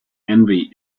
envy